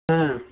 ಹಾಂ